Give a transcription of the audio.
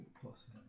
Plus